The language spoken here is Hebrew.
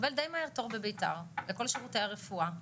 אתה מקבל די מהר תור בביתר לכל שירותי הרפואה,